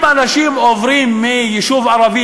אם אנשים עוברים מיישוב ערבי